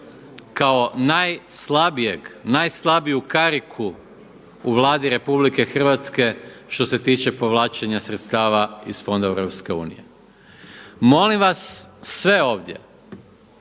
kao najslabijeg, kao najslabiju kariku u Vladi RH što se tiče povlačenja sredstava iz fondova EU. Molim vas sve ovdje